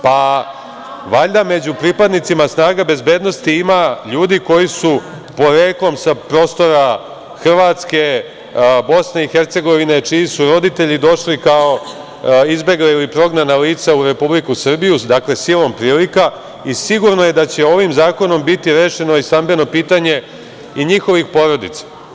Pa, valjda među pripadnicima snaga bezbednosti ima ljudi koji su poreklom sa prostora Hrvatske, Bosne i Hercegovine, čiji su roditelji došli kao izbegla ili prognana lica u Republiku Srbiju, dakle silom prilika i sigurno je da će ovim zakonom biti rešeno i stambeno pitanje i njihovih porodica.